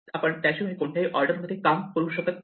आपण त्याशिवाय कोणत्याही ऑर्डर मध्ये काम करू शकत नाही